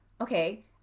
okay